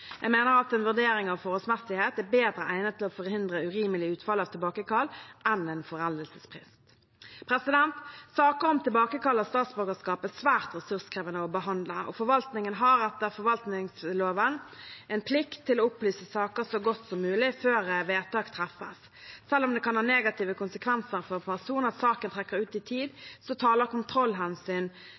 Jeg mener at en vurdering av forholdsmessighet er bedre egnet til å forhindre urimelige utfall av tilbakekall enn en foreldelsesfrist. Saker om tilbakekall av statsborgerskap er svært ressurskrevende å behandle. Forvaltningen har etter forvaltningsloven en plikt til å opplyse saker så godt som mulig før vedtak treffes. Selv om det kan ha negative konsekvenser for en person at saken trekker ut i tid, taler kontrollhensyn